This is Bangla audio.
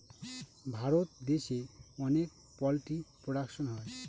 ভারত দেশে অনেক পোল্ট্রি প্রোডাকশন হয়